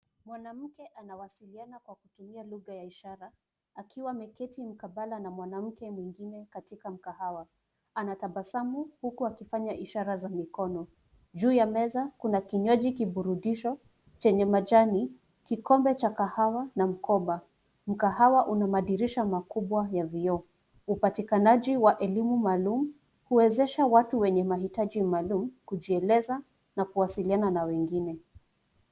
Mwanamke anawasiliana kwa kutumia lugha ya ishara akiwa ameketi mkabala na mwanamke mwingine katika mkahawa. Anatabasamu huku akifanya ishara za mikono. Juu ya meza kuna kinywaji kiburudisho chenye majani, kikombe cha kahawa na mkoba. Mkahawa una madirisha makubwa ya vioo. Upatikanaji wa elimu maalum huwezesha watu wenye mahitaji maalum kujieleza na kuwasiliana na wengine.